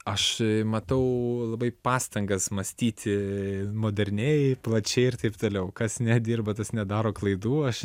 aš matau labai pastangas mąstyti moderniai plačiai ir taip toliau kas nedirba tas nedaro klaidų aš